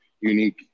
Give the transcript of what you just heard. unique